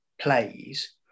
plays